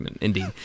indeed